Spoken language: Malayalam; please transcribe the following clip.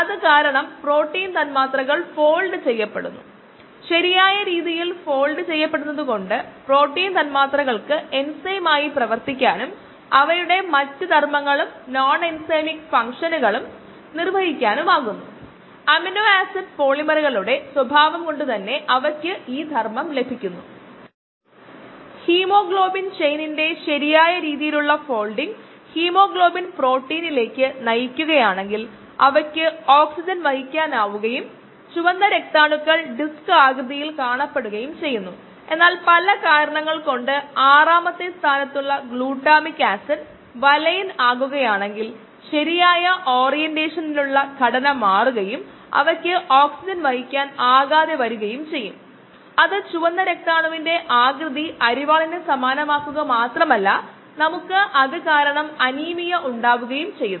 ഇൻഹിബിഷൻ തരവും ഇൻഹിബിഷൻ സ്ഥിരാങ്കവും നിർണ്ണയിക്കുക വ്യത്യസ്ത ഇൻഹിബിറ്റർ സാന്ദ്രതകളിലെ മൈക്കിളിസ് മെന്റൻ പാരാമീറ്ററുകൾ V m K m എന്നിവ ഈ പട്ടികയിൽ നൽകിയിരിക്കുന്നു